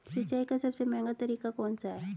सिंचाई का सबसे महंगा तरीका कौन सा है?